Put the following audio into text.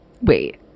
wait